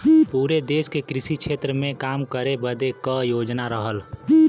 पुरे देस के कृषि क्षेत्र मे काम करे बदे क योजना रहल